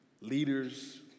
leaders